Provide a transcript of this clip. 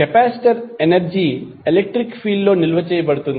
capacitor energy electric field లో నిల్వ చేయబడుతుంది